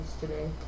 today